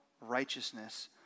righteousness